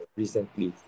recently